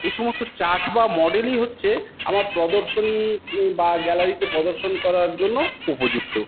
এই সমস্ত চার্ট বা মডেলই হচ্ছে আমার প্রদর্শনী বা গ্যালারীতে প্রদর্শন করার জন্য উপযুক্ত